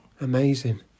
Amazing